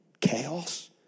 Chaos